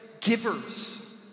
givers